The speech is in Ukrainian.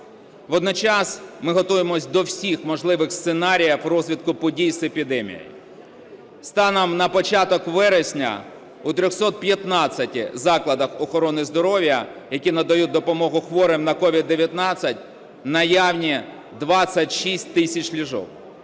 Водночас ми готуємось до всіх можливих сценаріїв розвитку подій з епідемією. Станом на початок вересня у 315 закладах охорони здоров'я, які надають допомогу хворим на COVID-19, наявні 26 тисяч ліжок,